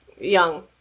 young